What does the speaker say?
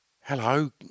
Hello